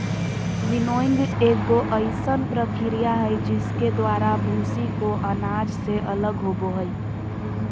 winnowing एगो अइसन प्रक्रिया हइ जिसके द्वारा भूसी को अनाज से अलग होबो हइ